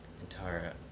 entire